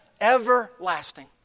Everlasting